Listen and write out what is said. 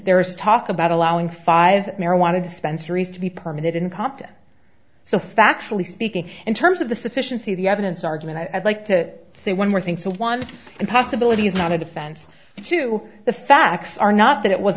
there is talk about allowing five marijuana dispensaries to be permitted in compton so factually speaking in terms of the sufficiency of the evidence argument i'd like to say one more thing so one possibility is not a defense to the facts are not that it was